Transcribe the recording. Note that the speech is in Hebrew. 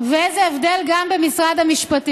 ממשלת הליכוד היום, ואיזה הבדל גם במשרד המשפטים.